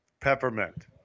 Peppermint